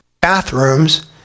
bathrooms